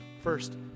first